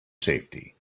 safety